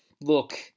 look